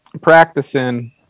practicing